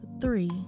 Three